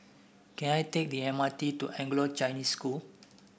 can I take the M R T to Anglo Chinese School